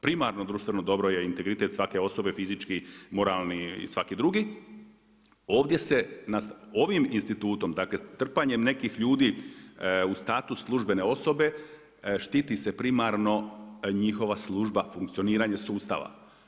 Primarno društveno dobro je integritet svake osobe fizički, moralni i svaki drugi, ovdje se, ovim institutom, dakle trpanjem nekih ljudi u status službene osobe štiti se primarno njihova služba, funkcioniranje sustava.